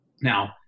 Now